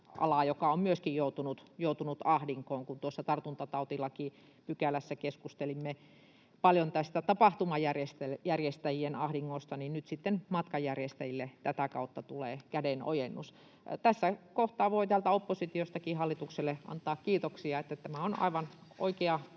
joka on myöskin joutunut ahdinkoon. Kun tuossa tartuntatautilakipykälässä keskustelimme paljon tästä tapahtumajärjestäjien ahdingosta, niin nyt sitten matkanjärjestäjille tätä kautta tulee kädenojennus. Tässä kohtaa voi täältä oppositiostakin hallitukselle antaa kiitoksia, että tämä on aivan oikea